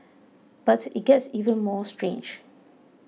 but it gets even more strange